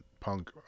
punk